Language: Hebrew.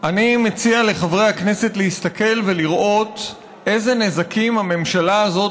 אני מציע לחברי הכנסת להסתכל ולראות אילו נזקים הממשלה הזאת